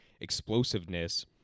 explosiveness